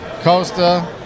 Costa